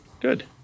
good